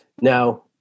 now